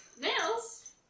Nails